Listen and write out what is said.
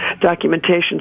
documentation